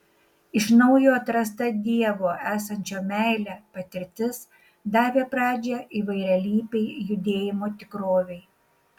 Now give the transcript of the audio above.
iš naujo atrasta dievo esančio meile patirtis davė pradžią įvairialypei judėjimo tikrovei